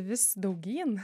vis daugyn